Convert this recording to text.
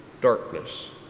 darkness